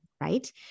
Right